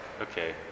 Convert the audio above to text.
okay